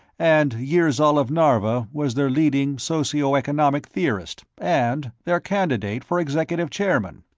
and yirzol of narva was their leading socio-economic theorist, and their candidate for executive chairman.